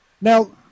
Now